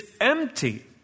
empty